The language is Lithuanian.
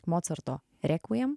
mocarto requiem